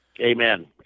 Amen